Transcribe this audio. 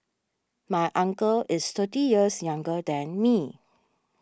my uncle is thirty years younger than me